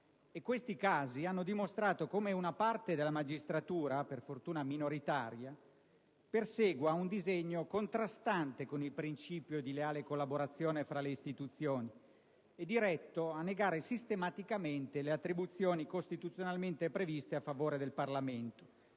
quest'Aula e hanno dimostrato come una parte dalla magistratura - per fortuna minoritaria - persegua un disegno contrastante con il principio di leale collaborazione tra le istituzioni e diretto a negare sistematicamente le attribuzioni costituzionalmente previste a favore del Parlamento,